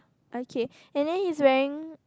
okay and then he's wearing